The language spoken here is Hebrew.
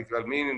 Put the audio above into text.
בגלל מין,